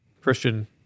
Christian